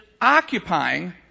occupying